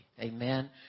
amen